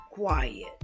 quiet